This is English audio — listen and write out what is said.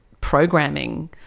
programming